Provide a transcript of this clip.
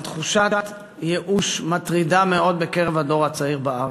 על תחושת ייאוש מטרידה מאוד בקרב הדור הצעיר בארץ.